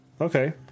Okay